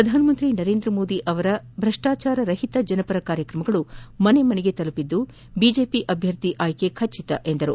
ಪ್ರಧಾನಿ ನರೇಂದ್ರ ಮೋದಿ ಅವರ ಭ್ರಷ್ಠಾಚಾರ ರಹಿತ ಜನಪರ ಕಾರ್ಯಕ್ರಮಗಳು ಮನೆ ಮನೆಗೆ ತಲುಪಿದ್ದು ಬಿಜೆಪಿ ಅಭ್ಯರ್ಥಿ ಆಯ್ಕೆ ಖಚಿತ ಎಂದರು